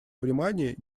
внимание